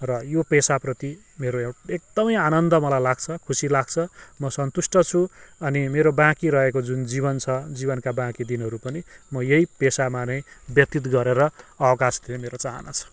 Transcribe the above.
र यो पेसाप्रति मेरो एकदमै आनन्द मलाई लाग्छ खुसी लाग्छ म सन्तुष्ट छु अनि मेरो बाँकी रहेका जुन जीवन छ जीवनका बाँकी दिनहरू पनि म यही पेसामा नै व्यतित गरेर अवकाश लिने मेरो चाहना छ